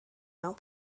mewn